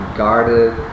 guarded